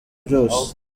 byose